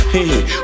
Hey